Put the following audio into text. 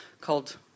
called